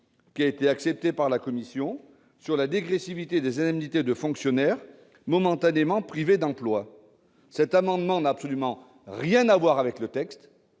qui a été accepté par la commission spéciale, sur la dégressivité des indemnités pour les fonctionnaires momentanément privés d'emploi. Cet amendement n'a absolument rien à voir avec le texte,